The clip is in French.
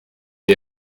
une